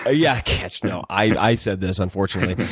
ah yeah, catched. no, i said this, unfortunately.